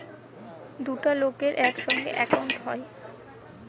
দুটা লকের ইকসাথে একাউল্ট হ্যয়